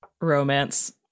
romance